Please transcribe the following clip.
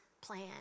plan